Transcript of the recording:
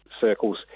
circles